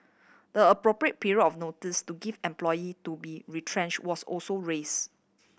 the appropriate period of notice to give employee to be retrenched was also raised